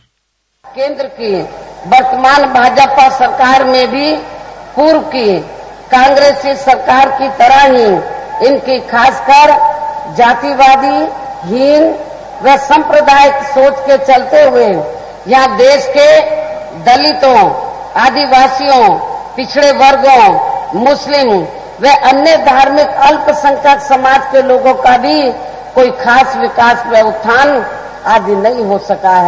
bite केन्द्र की वर्तमान भाजपा सरकार ने भी पूर्व की कांग्रेसी सरकार की तरह ही इनकी खास कर जातिवादी हीन व सम्प्रदायिक सोच के चलते हुए यह देश के दलितो आदिवासियों पिछड़े वर्गो मुस्लिम व अन्य धार्मिक अल्पसंख्यक समाज के लोगों का भी कोई खास विकास व उत्थान आदि नहीं हो सका है